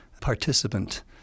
participant